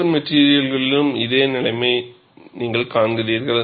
மற்ற மெட்டிரியல்களிலும் இதே நிலைமையை நீங்கள் காண்கிறீர்கள்